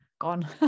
gone